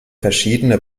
verschiedene